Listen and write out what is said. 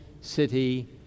city